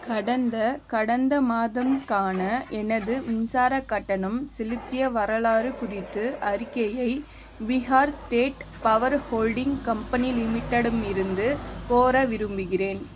கடந்த கடந்த மாதம்க்கான எனது மின்சாரக் கட்டணம் செலுத்திய வரலாறு குறித்து அறிக்கையை Bihar state power holding company லிமிட்டெடமிருந்து கோர விரும்புகிறேன்